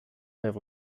have